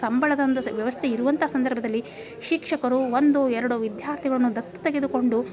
ಸಂಬಳದ ಒಂದು ವ್ಯವಸ್ಥೆ ಇರುವಂಥ ಸಂದರ್ಭದಲ್ಲಿ ಶಿಕ್ಷಕರು ಒಂದೋ ಎರಡೋ ವಿದ್ಯಾರ್ಥಿಗಳನ್ನ ದತ್ತು ತೆಗೆದುಕೊಂಡು